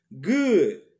good